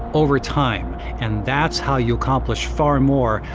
over time. and that's how you accomplish far more,